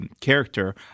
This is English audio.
character